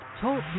Talk